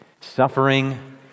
Suffering